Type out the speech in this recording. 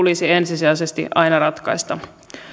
tulisi ensisijaisesti aina ratkaista